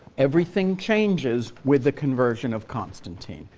everything changes with the conversion of constantine.